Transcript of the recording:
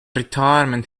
retirement